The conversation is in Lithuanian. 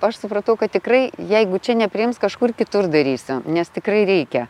aš supratau kad tikrai jeigu čia nepriims kažkur kitur darysiu nes tikrai reikia